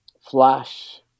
Flash